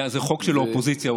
זה חוק של האופוזיציה,